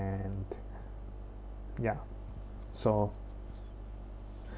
and ya so